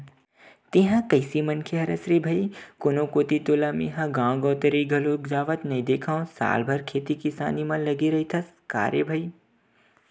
तेंहा कइसे मनखे हरस रे भई कोनो कोती तोला मेंहा गांव गवतरई घलोक जावत नइ देंखव साल भर खेती किसानी म लगे रहिथस का रे भई?